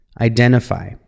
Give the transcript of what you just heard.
identify